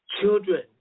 Children